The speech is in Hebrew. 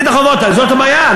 אסון גדול מה שאתה מציע.